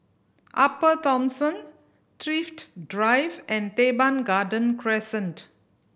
Upper Thomson Thrift Drive and Teban Garden Crescent